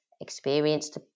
experienced